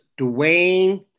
Dwayne